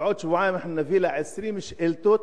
ובעוד שבועיים אנחנו נביא לה 20 שאילתות